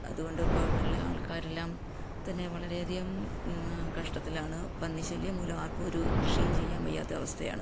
അതുകൊണ്ടിപ്പോള് ഇവിടെയുള്ള ആൾക്കാരെല്ലാം തന്നെ വളരെ അധികം കഷ്ടത്തിലാണ് പന്നി ശല്യം മൂലം ആർക്കും ഒരു കൃഷിയും ചെയ്യാൻ വയ്യാത്ത അവസ്ഥയാണ്